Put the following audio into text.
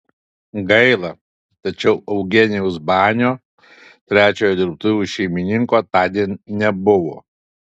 gaila tačiau eugenijaus banio trečiojo dirbtuvių šeimininko tądien nebuvo